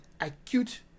acute